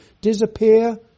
disappear